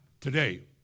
today